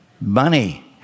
money